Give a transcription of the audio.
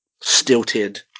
stilted